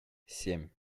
семь